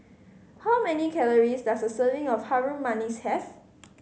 how many calories does a serving of Harum Manis have